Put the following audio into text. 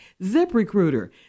ZipRecruiter